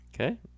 okay